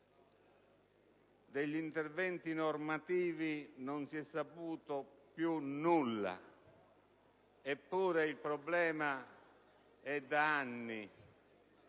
degli interventi normativi non si è saputo più nulla, eppure il problema esiste da anni